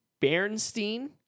Bernstein